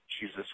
jesus